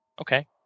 Okay